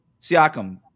Siakam